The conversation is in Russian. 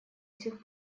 сих